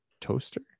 toaster